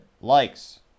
likes